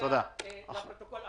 נקודה אחרונה לפרוטוקול.